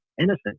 innocent